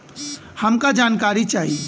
हमका जानकारी चाही?